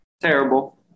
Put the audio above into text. terrible